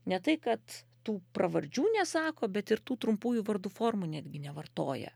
ne tai kad tų pravardžių nesako bet ir tų trumpųjų vardų formų netgi nevartoja